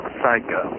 Psycho